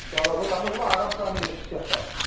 چلو گوٚو تَتھ منٛز یِمو آرام سانٕے أسۍ شےٚ سَتھ